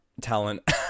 talent